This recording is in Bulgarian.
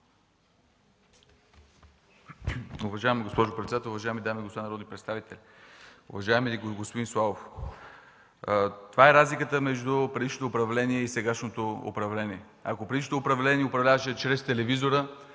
Уважаема госпожо председател, уважаеми дами и господа народни представители! Уважаеми господин Славов, това е разликата между предишното управление и сегашното – ако предишното управление управляваше чрез телевизора